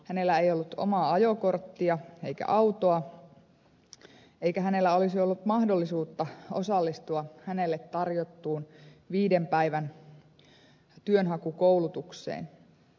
hänellä ei ollut omaa ajokorttia eikä autoa eikä hänellä olisi ollut mahdollisuutta osallistua hänelle tarjottuun viiden päivän työnhakukoulutukseen